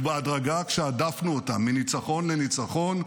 בהדרגה, כשהדפנו אותם, מניצחון לניצחון,